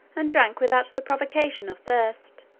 and drank without the provocation of thirst